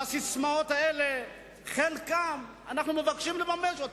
ואת הססמאות האלה, חלקן, אנחנו מבקשים לממש.